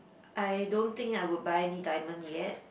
I don't think I would buy any diamond yet